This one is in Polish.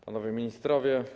Panowie Ministrowie!